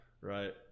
right